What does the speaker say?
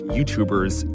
YouTubers